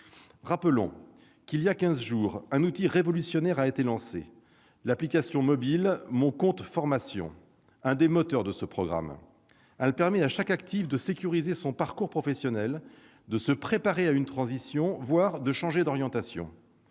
Rappelons-le, voilà quinze jours, un outil révolutionnaire a été lancé, l'application mobile « Mon compte formation », l'un des moteurs de ce programme. Ce logiciel permet à chaque actif de sécuriser son parcours professionnel, de se préparer à une transition, voire de changer d'orientation.